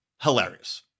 hilarious